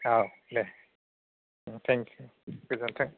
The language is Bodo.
औ दे औ थैंक यु गोजोंथों